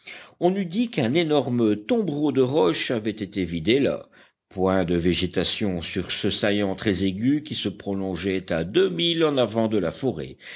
on eût dit qu'un énorme tombereau de roches avait été vidé là point de végétation sur ce saillant très aigu qui se prolongeait à deux milles en avant de la forêt